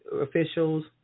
officials